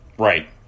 Right